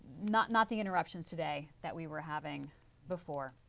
not not the interruptions today that we were having before.